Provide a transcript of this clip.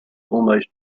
almost